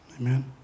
amen